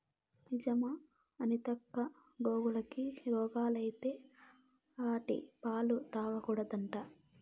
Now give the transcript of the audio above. నిజమా అనితక్కా, గోవులకి రోగాలత్తే ఆటి పాలు తాగకూడదట్నా